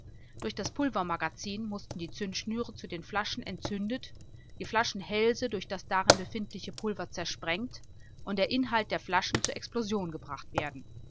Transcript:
durch das pulvermagazin mußten die zündschnüre zu den flaschen entzündet die flaschenhälse durch das darin befindliche pulver zersprengt und der inhalt der flaschen zur explosion gebracht werden